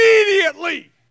immediately